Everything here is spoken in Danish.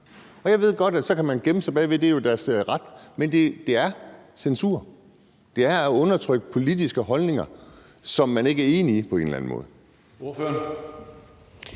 ud. Jeg ved godt, at man kan gemme sig bag, at det jo er deres ret at gøre det, men det er censur, det er at undertrykke politiske holdninger, som man på en eller anden måde ikke